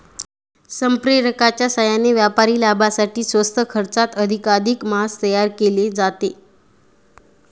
संप्रेरकांच्या साहाय्याने व्यापारी लाभासाठी स्वस्त खर्चात अधिकाधिक मांस तयार केले जाते